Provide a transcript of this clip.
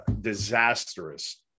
disastrous